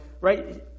right